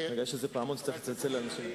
יש איזה פעמון שצריך לצלצל לאנשים.